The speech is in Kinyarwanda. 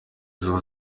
ziba